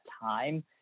time